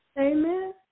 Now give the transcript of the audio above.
Amen